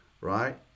right